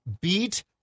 beat